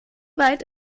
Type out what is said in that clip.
weit